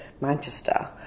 Manchester